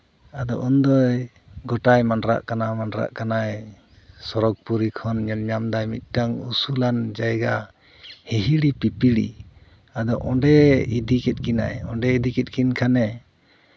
ᱟᱫᱚ ᱩᱱᱫᱚᱭ ᱜᱚᱴᱟᱭ ᱢᱟᱰᱨᱟᱜ ᱠᱟᱱᱟᱭ ᱢᱟᱰᱨᱟᱜ ᱠᱟᱱᱟᱭ ᱥᱚᱨᱚᱜᱽᱯᱩᱨᱤ ᱠᱷᱚᱱ ᱧᱮᱞ ᱧᱟᱢ ᱫᱟᱭ ᱢᱤᱫᱴᱟᱝ ᱩᱥᱩᱞᱟᱱ ᱡᱟᱭᱜᱟ ᱦᱤᱦᱤᱲᱤ ᱯᱤᱯᱤᱲᱤ ᱟᱫᱚ ᱚᱸᱰᱮ ᱤᱫᱤ ᱠᱮᱜ ᱠᱤᱱᱟᱭ ᱚᱸᱰᱮ ᱤᱫᱤ ᱠᱮᱜ ᱠᱤᱱ ᱠᱷᱟᱱᱮ